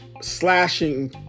slashing